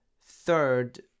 third